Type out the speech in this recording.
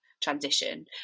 transition